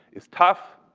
is tough.